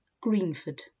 Greenford